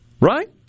Right